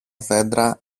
δέντρα